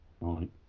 Right